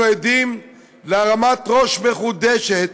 אנחנו עדים להרמת ראש מחודשת